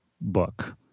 book